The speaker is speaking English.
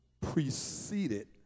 preceded